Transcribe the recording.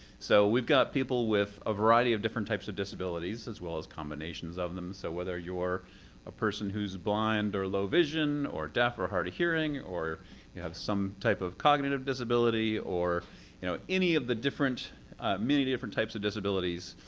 so we've got people with a variety of different types of disabilities, as well as combinations of them. so whether you're a person who's blind or low vision, or deaf or hard of hearing, or you have some type of cognitive disability, or you know any of the different many different types of disabilities,